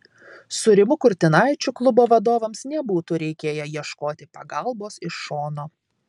su rimu kurtinaičiu klubo vadovams nebūtų reikėję ieškoti pagalbos iš šono